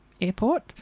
airport